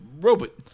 robot